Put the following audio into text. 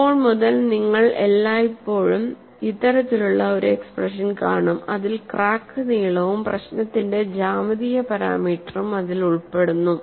ഇപ്പോൾ മുതൽ നിങ്ങൾ എല്ലായ്പ്പോഴും ഇത്തരത്തിലുള്ള ഒരു എക്സ്പ്രഷൻ കാണും അതിൽ ക്രാക്ക് നീളവും പ്രശ്നത്തിന്റെ ജ്യാമിതീയ പാരാമീറ്ററും അതിൽ ഉൾപ്പെടുന്നു